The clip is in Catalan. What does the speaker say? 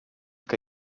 que